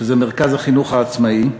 שזה מרכז החינוך העצמאי,